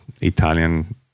Italian